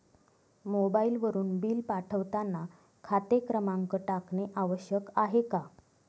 मोबाईलवरून बिल पाठवताना खाते क्रमांक टाकणे आवश्यक आहे का?